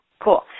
Cool